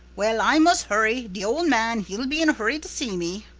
well, i mus' hurry. de old man, he'll be in hurry to see me.